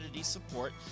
support